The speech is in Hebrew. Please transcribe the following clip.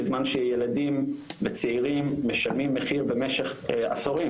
בזמן שילדים וצעירים משלמים מחיר במשך עשורים,